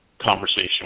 conversation